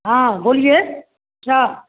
हाँ बोलिए क्या